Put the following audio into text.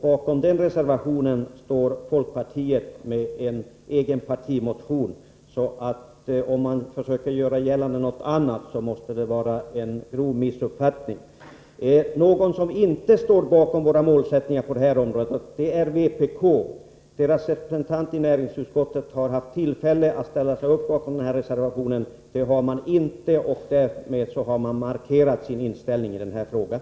Bakom den reservationen står folkpartiet med en egen partimotion. Om man försöker göra gällande någonting annat, måste det vara fråga om en grov missuppfattning. Några som emellertid inte står bakom våra målsättningar på det här området är vpk-arna. Deras representant i näringsutskottet har haft tillfälle att ställa sig bakom den här reservationen. Så har emellertid inte skett, och därmed har man markerat sin inställning i den här frågan.